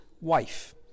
wife